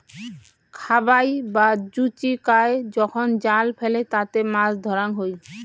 খাবাই বা জুচিকায় যখন জাল ফেলে তাতে মাছ ধরাঙ হই